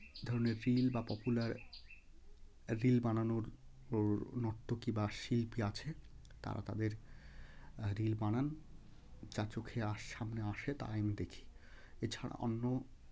এই ধরনের রিল বা পপুলার রিল বানানোর ও নর্তকী বা শিল্পী আছে তারা তাদের রিল বানান যা চোখে আস সামনে আসে তাই আমি দেখি এছাড়া অন্য